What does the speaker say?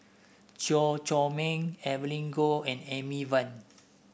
Chew Chor Meng Evelyn Goh and Amy Van